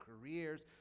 careers